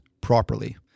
properly